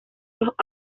los